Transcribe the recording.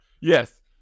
Yes